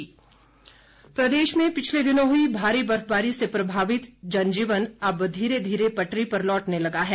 मौसम प्रदेश में पिछले दिनों हुई भारी बर्फबारी से प्रभावित जनजीवन अब धीरे धीरे पटरी पर लौटने लगा है